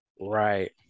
Right